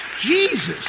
Jesus